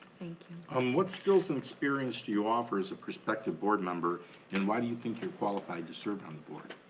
um what skills and experience do you offer as a prospective board member and why do you think you're qualified to serve on the board?